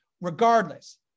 regardless